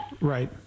Right